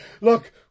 Look